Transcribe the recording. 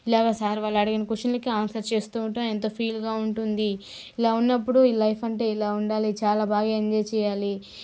ఇలాగ సార్ వాళ్ళు అడిగిన క్వశ్చన్లకి ఆన్సర్స్ చేస్తూ ఉంటాము ఎంతో ఫీల్గా ఉంటుంది ఇలా ఉన్నప్పుడు లైఫ్ అంటే ఇలా ఉండాలి చాలా బాగా ఎంజాయ్ చెయ్యాలి